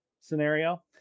scenario